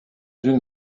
une